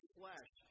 flesh